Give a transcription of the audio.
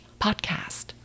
podcast